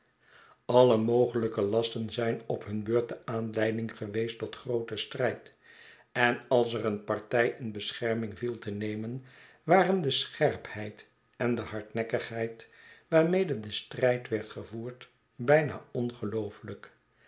alle mogelijke lasten zijn op hun beurt de aanleiding geweest tot grooten strijd en als er een party in bescherming viel te nemen waren de scherpheid en de hardnekkigheid waarmede de strijd werd gevoerd bijna ongeloofelijk